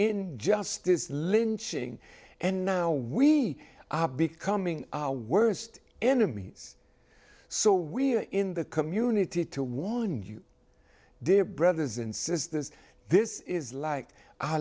injustice lynching and now we are becoming our worst enemies so we're in the community to warn you dear brothers and sisters this is like